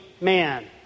man